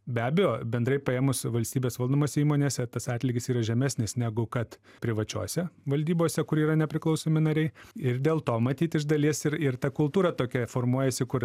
be abejo bendrai paėmus valstybės valdomose įmonėse tas atlygis yra žemesnis negu kad privačiose valdybose kur yra nepriklausomi nariai ir dėl to matyt iš dalies ir ir ta kultūra tokia formuojasi kur